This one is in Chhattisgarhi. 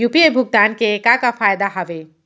यू.पी.आई भुगतान के का का फायदा हावे?